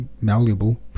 malleable